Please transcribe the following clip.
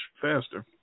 faster